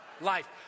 Life